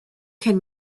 can